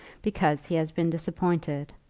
because he has been disappointed?